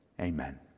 Amen